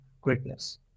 greatness